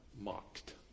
mocked